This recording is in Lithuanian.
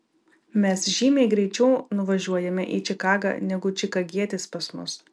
mes žymiai greičiau nuvažiuojame į čikagą negu čikagietis pas mus